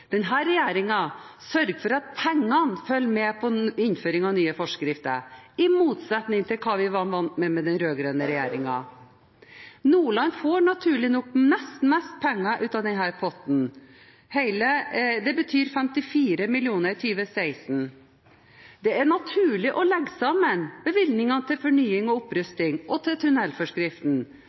sørger for at pengene følger med på innføringen av nye forskrifter, i motsetning til hva vi var vant med fra den rød-grønne regjeringen. Nordland får naturlig nok nest mest penger ut av denne potten – det betyr 54 mill. kr i 2016. Det er naturlig å legge sammen bevilgningene til fornying og opprustning og til